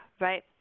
right